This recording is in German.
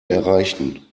erreichen